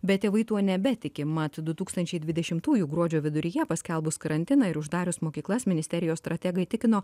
bet tėvai tuo nebetiki mat du tūkstančiai dvidešimtųjų gruodžio viduryje paskelbus karantiną ir uždarius mokyklas ministerijos strategai tikino